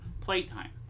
Playtime